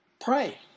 pray